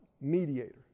mediator